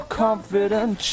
confident